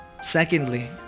Secondly